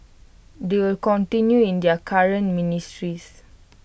they will continue in their current ministries